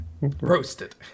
Roasted